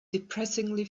depressingly